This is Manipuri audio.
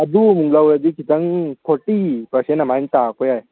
ꯑꯗꯨ ꯑꯃꯨꯛ ꯂꯧꯔꯗꯤ ꯈꯤꯇꯪ ꯐꯣꯔꯇꯤ ꯄꯔꯁꯦꯟ ꯑꯃꯥꯏꯅ ꯇꯥꯔꯛꯄ ꯌꯥꯏ